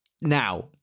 Now